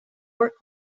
work